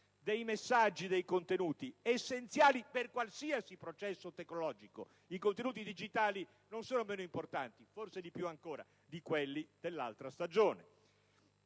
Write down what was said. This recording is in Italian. dei messaggi e dei contenuti, essenziali per qualsiasi processo tecnologico. I contenuti digitali non sono meno importanti, anzi, forse più ancora di quelli dell'altra stagione.